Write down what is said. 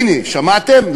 הנה, שמעתם?